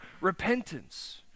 repentance